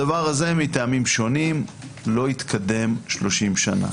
הדבר הזה מטעמים שונים לא התקדם 30 שנה.